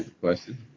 question